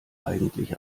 eigentlich